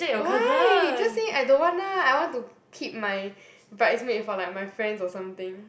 why just say I don't want lah I want to keep my bridesmaid for like my friends or something